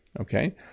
okay